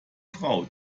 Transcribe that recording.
frau